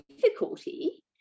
difficulty